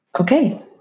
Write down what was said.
Okay